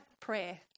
Prayer